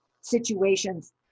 situations